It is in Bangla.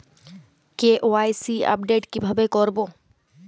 কে.ওয়াই.সি আপডেট কিভাবে করবো?